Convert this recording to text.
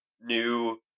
new